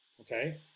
Okay